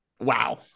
wow